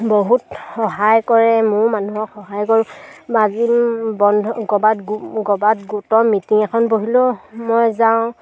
বহুত সহায় কৰে মইও মানুহক সহায় কৰোঁ গোটৰ মিটিং এখন বহিলেও মই যাওঁ